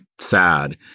sad